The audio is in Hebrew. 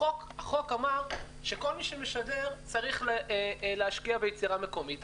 החוק אמר שכל מי שמשדר צריך להשקיע ביצירה מקומית,